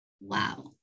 wow